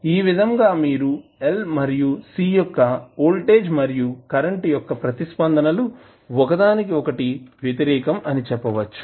ఈ విధంగా మీరు L మరియు C యొక్క వోల్టేజ్ మరియు కరెంటు యొక్క ప్రతిస్పందనలు ఒకదానికొకటి వ్యతిరేకం అని చెప్పవచ్చు